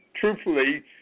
truthfully